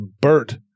Bert